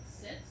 sits